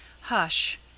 Hush